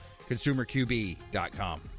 consumerqb.com